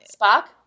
Spock